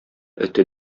эте